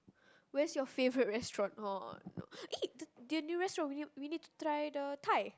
where's your favourite restaurant oh no eh the the new restaurant we need to we need to try the Thai